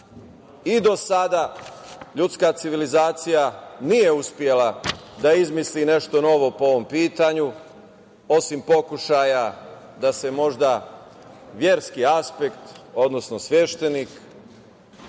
i do sada ljudska civilizacija nije uspela da izmisli nešto novo po ovom pitanju, osim pokušaja da se možda verski aspekt odnosno sveštenik